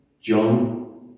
John